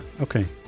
okay